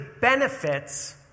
benefits